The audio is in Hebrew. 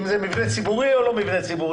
אם זה מבנה ציבורי או לא מבנה ציבורי,